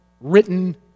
written